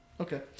Okay